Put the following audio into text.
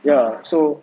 ya so